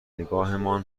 نگاهمان